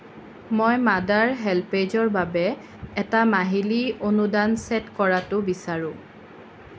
মই মাডাৰ হেল্পএজৰ বাবে এটা মাহিলি অনুদান চেট কৰাটো বিচাৰোঁ